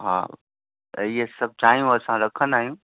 हा त इहे सभु चांयूं असां रखंदा आहियूं